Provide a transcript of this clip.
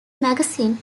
magazine